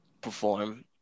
perform